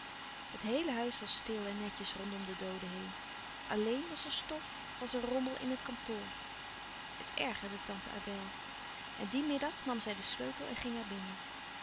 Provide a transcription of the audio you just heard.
het heele huis was stil en netjes rondom den doode heen alléén was er stof was er rommel in het kantoor het ergerde tante adèle en dien middag nam zij den sleutel en ging er binnen